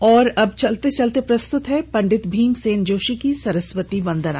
और अब चलते चलते प्रस्तुत है पंडित भीमसेन जोशी की सरस्वती वंदना